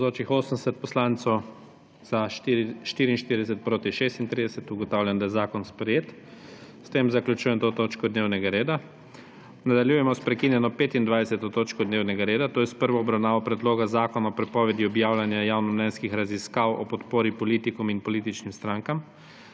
(Za je glasovalo 44.) (Proti 36.) Ugotavljam, da je zakon sprejet. S tem zaključujem to točko dnevnega reda. Nadaljujemo s prekinjeno 25. točko dnevnega reda, to je s prvo obravnavo Zakona o prepovedi objavljanja javnomnenjskih raziskav o podpori politikom in političnim strankam.